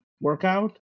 workout